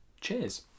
cheers